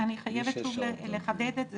אני חייבת שוב לחדד את זה.